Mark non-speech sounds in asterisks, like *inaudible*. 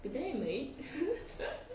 but then anyway *laughs*